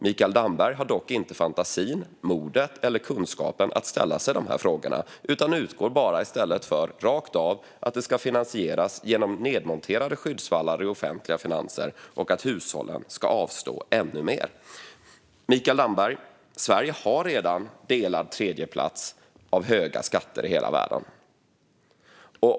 Mikael Damberg har dock inte fantasin, modet eller kunskapen att ställa sig de här frågorna utan utgår i stället bara rakt av ifrån att försvaret ska finansieras genom nedmonterade skyddsvallar i offentliga finanser och att hushållen ska avstå ännu mer. Sverige har redan, Mikael Damberg, en delad tredjeplats när det gäller höga skatter i hela världen.